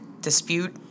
dispute